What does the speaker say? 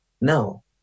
No